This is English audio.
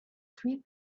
three